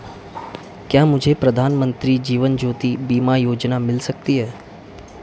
क्या मुझे प्रधानमंत्री जीवन ज्योति बीमा योजना मिल सकती है?